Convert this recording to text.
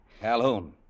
Calhoun